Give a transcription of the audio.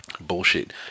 Bullshit